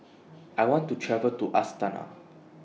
I want to travel to Astana